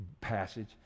passage